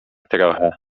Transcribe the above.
trochę